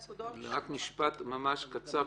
במשפט ממש קצר.